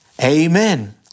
Amen